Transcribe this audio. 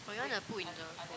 or you wanna put in the phone